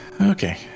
Okay